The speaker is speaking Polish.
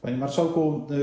Panie Marszałku!